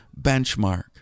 benchmark